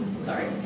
Sorry